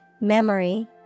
memory